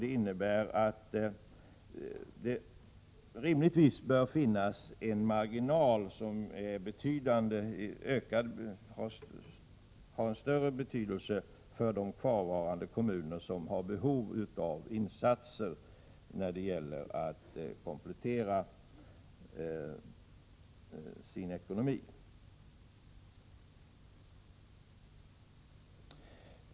Det innebär att det rimligtvis bör finnas en marginal av stor betydelse för de kvarvarande kommuner som har behov av insatser för att komplettera sin ekonomi.